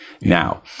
Now